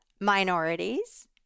minorities